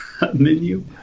menu